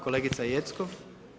Kolegica Jeckov.